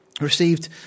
received